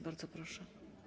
Bardzo proszę.